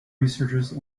researchers